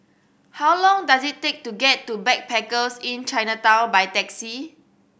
how long does it take to get to Backpackers Inn Chinatown by taxi